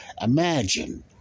Imagine